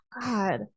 God